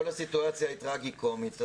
כל הסיטואציה היא טרגית-קומית.